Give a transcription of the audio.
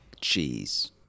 cheese